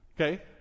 Okay